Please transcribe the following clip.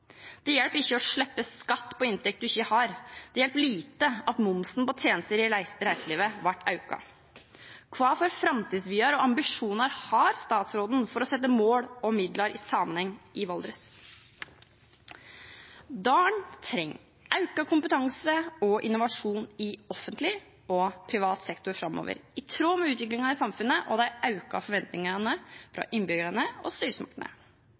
Det hjelper ikke å slippe skatt på inntekt man ikke har. Det hjelper lite at momsen på tjenester i reiselivet ble økt. Hvilke framtidsvyer og ambisjoner har statsråden for å sette mål og midler i sammenheng i Valdres? Dalen trenger økt kompetanse og innovasjon i offentlig og privat sektor framover, i tråd med utviklingen i samfunnet og de økte forventningene fra innbyggerne og styresmaktene.